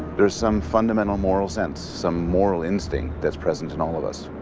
there's some fundamental moral sense, some moral instinct that's present in all of us.